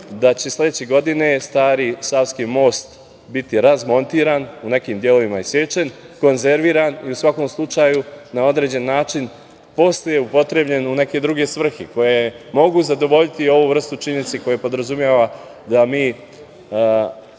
da će sledeće godine Stari savski most biti razmontiran, u nekim delovima isečen, konzerviran i u svakom slučaju na određen način posle upotrebljen u neke druge svrhe, koje mogu zadovoljiti ovu vrstu činjenice koja podrazumeva da mi